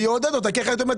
מה זה הכפלנו?